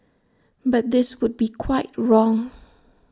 but this would be quite wrong